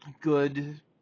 good